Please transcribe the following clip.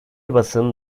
basın